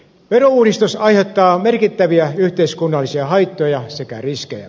verouudistus aiheuttaa merkittäviä yhteiskunnallisia haittoja sekä riskejä